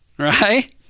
right